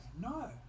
no